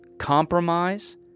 Compromise